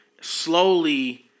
Slowly